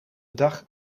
dag